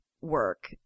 work